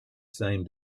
same